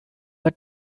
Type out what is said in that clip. for